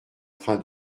train